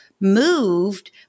moved